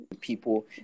people